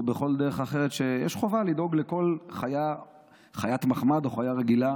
או בכל דרך אחרת שיש חובה לדאוג לכל חיית מחמד או חיה רגילה